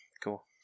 Cool